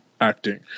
acting